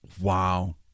Wow